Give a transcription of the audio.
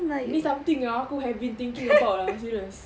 ni something yang aku have been thinking about ah serious